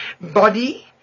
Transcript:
body